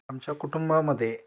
आमच्या कुटुंबामध्ये